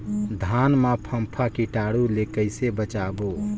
धान मां फम्फा कीटाणु ले कइसे बचाबो?